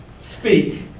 speak